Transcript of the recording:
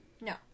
No